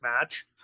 match